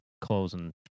closing